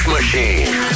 Machine